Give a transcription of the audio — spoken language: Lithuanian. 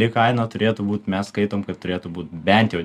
kai kaina turėtų būt mes skaitom kad turėtų būt bent jau